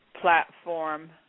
platform